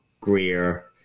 Greer